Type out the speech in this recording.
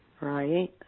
Right